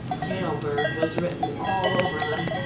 jail-bird was written all over them.